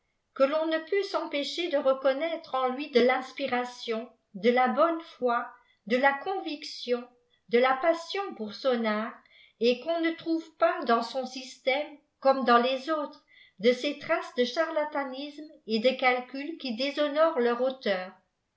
que ton ne peut s'empêcher de reconnaître en lui de tinspiration de la bonne foi de la conviction de la passion pour son art et qu'on ne trouve pas dans sou système comme dans les autres de ces traces de charlatanisme et de calcul qui déshonorent leur auteur